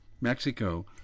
Mexico